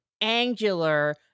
angular